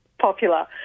popular